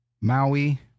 Maui